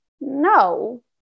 No